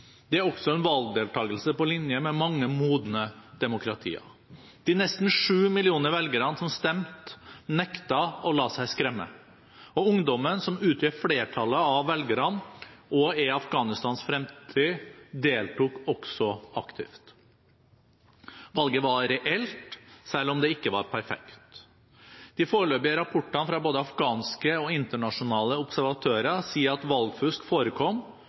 Det er også en valgdeltakelse på linje med mange modne demokratier. De nesten sju millioner velgerne som stemte, nektet å la seg skremme. Og ungdommen, som utgjør flertallet av velgerne og er Afghanistans fremtid, deltok også aktivt. Valget var reelt, selv om det ikke var perfekt. De foreløpige rapportene fra både afghanske og internasjonale observatører sier at valgfusk forekom,